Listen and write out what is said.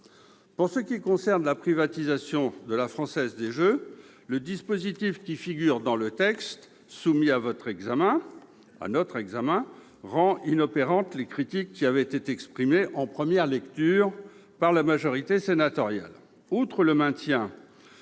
Pour ce qui concerne la privatisation de la Française des jeux, le dispositif soumis à notre examen rend inopérantes les critiques exprimées en première lecture par la majorité sénatoriale.